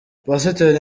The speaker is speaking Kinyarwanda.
pasiteri